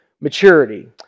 maturity